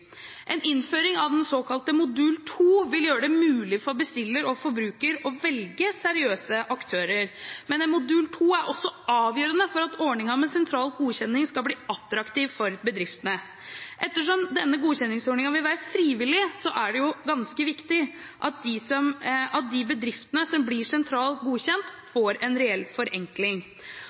En innføring av den såkalte modul 2 vil gjøre det mulig for bestiller og forbruker å velge seriøse aktører, men modul 2 er også avgjørende for at ordningen med sentral godkjenning skal bli attraktiv for bedriftene. Ettersom denne godkjenningsordningen vil være frivillig, er det ganske viktig at de bedriftene som blir sentralt godkjent, får en reell forenkling.